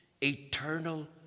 eternal